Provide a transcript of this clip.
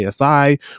ASI